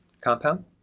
compound